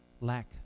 lack